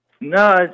No